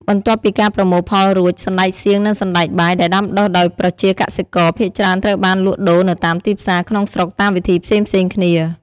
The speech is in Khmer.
បន្ទាប់ពីការប្រមូលផលរួច សណ្តែកសៀង និងសណ្តែកបាយដែលដាំដុះដោយប្រជាកសិករ ភាគច្រើនត្រូវបានលក់ដូរនៅតាមទីផ្សារក្នុងស្រុកតាមវិធីផ្សេងៗគ្នា។